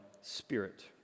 spirit